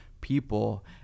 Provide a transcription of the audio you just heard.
people